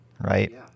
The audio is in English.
right